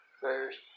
first